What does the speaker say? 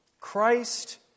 Christ